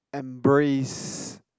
embrace